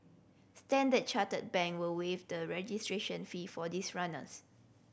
Standard Chartered Bank will waive the registration fee for these runners